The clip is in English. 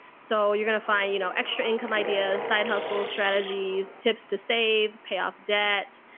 so you're going to find, you know, extra income ideas, side hustle strategies, tips to save, pay off debt.